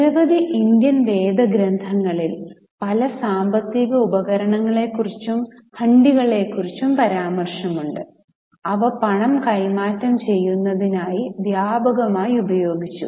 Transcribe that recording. നിരവധി ഇന്ത്യൻ വേദഗ്രന്ഥങ്ങളിൽ പല സാമ്പത്തിക ഉപകരണങ്ങളെക്കുറിച്ചും ഹണ്ടികളെക്കുറിച്ചും പരാമർശമുണ്ട് അവ പണം കൈമാറ്റം ചെയ്യുന്നതിനായി വ്യാപകമായി ഉപയോഗിച്ചു